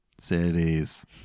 cities